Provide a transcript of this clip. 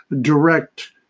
direct